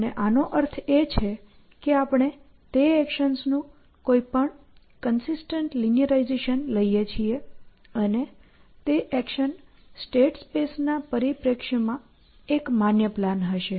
અને આનો અર્થ એ છે કે આપણે તે એક્શન્સનું કોઈપણ કન્સિસ્ટન્ટ લિનીઅરાઈઝેશન લઈએ છીએ અને તે એક્શન સ્ટેટ સ્પેસ ના પરિપ્રેક્ષ્યમાં એક માન્ય પ્લાન હશે